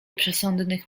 przesądnych